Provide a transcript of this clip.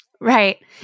right